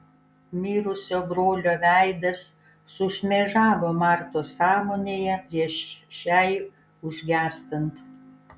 mirusio brolio veidas sušmėžavo martos sąmonėje prieš šiai užgęstant